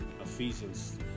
Ephesians